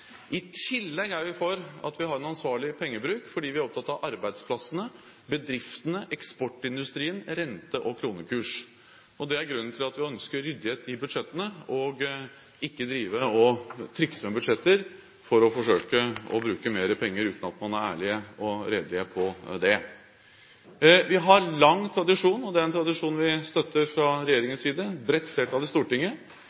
I tillegg er vi for at vi har en ansvarlig pengebruk, fordi vi er opptatt av arbeidsplassene, bedriftene, eksportindustrien, rente- og kronekursen. Det er grunnen til at vi ønsker ryddighet i budsjettene, ikke drive og trikse med budsjetter for å forsøke å bruke mer penger uten at man er ærlig og redelig om det. Vi har lang tradisjon – og den tradisjonen vi støtter fra